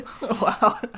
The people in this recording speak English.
Wow